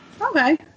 Okay